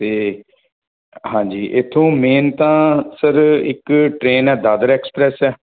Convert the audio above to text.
ਅਤੇ ਹਾਂਜੀ ਇੱਥੋਂ ਮੇਨ ਤਾਂ ਸਰ ਇੱਕ ਟ੍ਰੇਨ ਹੈ ਦਾਦਰ ਐਕਸਪ੍ਰੈਸ ਹੈ